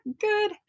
Good